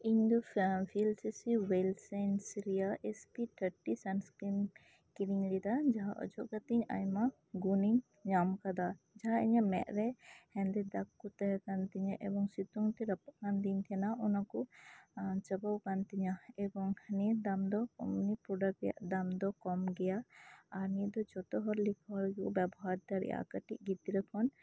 ᱤᱧ ᱫᱚ ᱯᱷᱞᱟ ᱵᱷᱤᱞ ᱥᱤᱥᱤ ᱳᱭᱮᱞ ᱥᱠᱤᱱ ᱨᱮᱭᱟᱜ ᱮᱥ ᱴᱤ ᱛᱷᱟᱨᱴᱤᱱ ᱠᱤᱨᱤᱧ ᱞᱮᱫᱟ ᱡᱟᱦᱟᱸ ᱚᱡᱚᱜ ᱠᱟᱛᱮᱫ ᱤᱧ ᱟᱭᱢᱟ ᱜᱩᱱᱤᱧ ᱧᱟᱢ ᱟᱠᱟᱫᱟ ᱡᱟᱦᱟᱸ ᱤᱧᱟᱜ ᱢᱮᱫ ᱨᱮ ᱦᱮᱸᱫᱮ ᱫᱟᱜᱽ ᱠᱚ ᱛᱟᱦᱮᱸ ᱠᱟᱱ ᱛᱤᱧᱟᱹ ᱮᱵᱚᱝ ᱥᱤᱛᱩᱝ ᱛᱮ ᱨᱟᱯᱟᱜ ᱠᱟᱱ ᱛᱟᱦᱮᱸ ᱠᱟᱱ ᱛᱤᱧ ᱛᱟᱦᱮᱸᱱᱟ ᱚᱱᱟ ᱠᱚ ᱪᱟᱵᱟᱣᱟᱠᱟᱱ ᱛᱤᱧᱟ ᱮᱵᱚᱝ ᱱᱤᱭᱟᱹ ᱫᱟᱢ ᱫᱚ ᱮᱢᱱᱤ ᱯᱨᱳᱰᱟᱠᱴ ᱨᱮᱭᱟᱜ ᱫᱟᱢ ᱫᱚ ᱠᱚᱢ ᱜᱮᱭᱟ ᱟᱨ ᱱᱤᱭᱟᱹ ᱫᱚ ᱡᱚᱛᱚ ᱦᱚᱲ ᱞᱮᱠᱟ ᱜᱮᱠᱚ ᱵᱮᱵᱚᱦᱟᱨ ᱫᱟᱲᱮᱭᱟᱜᱼᱟ ᱠᱟᱹᱴᱤᱡ ᱜᱤᱫᱽᱨᱟᱹ ᱠᱷᱚᱱ